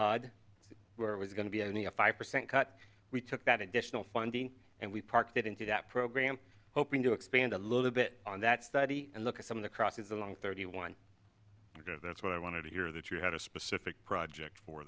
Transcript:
hod where it was going to be only a five percent cut we took that additional funding and we parked it into that program hoping to expand a little bit on that study and look at some of the crosses along thirty one that's what i wanted to hear that you had a specific project for